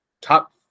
top